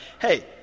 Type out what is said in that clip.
hey